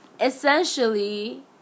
essentially